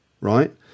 right